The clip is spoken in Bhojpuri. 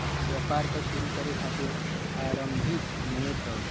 व्यापार क शुरू करे खातिर आरम्भिक निवेश हौ